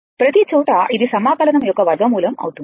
ప్రతి చోటా ఇది సమాకలనం యొక్క వర్గ మూలం అవుతుంది